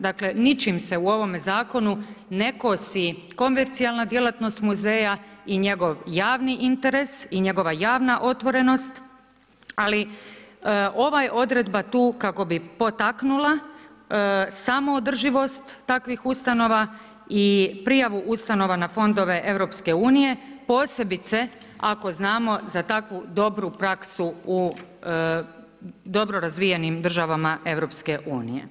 Dakle, ničim se u ovome Zakonu ne kosi komercijalna djelatnost muzeja i njegov javni interes i njegova javna otvorenost, ali ova je odredba tu kako bi potaknula samoodrživost takvih ustanova i prijavu ustanova na fondove EU, posebice ako znamo za takvu dobru praksu u dobro razvijenim državama EU.